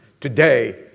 Today